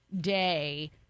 day